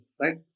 right